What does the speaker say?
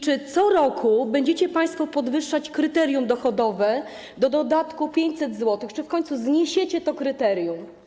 Czy co roku będziecie państwo podwyższać kryterium dochodowe do dodatku 500 zł, czy w końcu zniesiecie to kryterium?